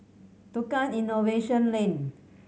Tukang Innovation Lane